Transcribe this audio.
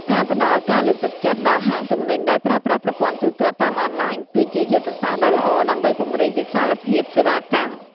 ការផ្តល់ការលើកទឹកចិត្តដល់ហាងទំនិញដែលប្រើប្រាស់ប្រព័ន្ធទូទាត់តាមអនឡាញ គឺជាយុទ្ធសាស្ត្រដ៏ល្អដើម្បីពង្រីកវិសាលភាពសេវាកម្ម។